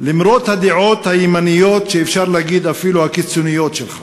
למרות הדעות הימניות ואפשר להגיד אפילו הקיצוניות שלך,